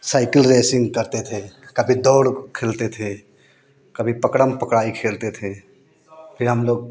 cycle racing करते थे कभी दौड़ खेलते थे कभी पकड़म पकड़ाई खेलते थे फिर हम लोग